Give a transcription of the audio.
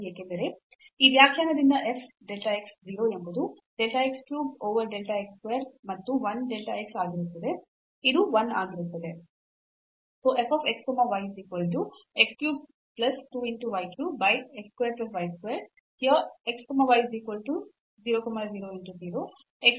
ಏಕೆಂದರೆ ಈ ವ್ಯಾಖ್ಯಾನದಿಂದ f delta x 0 ಎಂಬುದು delta x cube over delta x square ಮತ್ತು 1 delta x ಆಗಿರುತ್ತದೆ